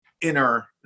inner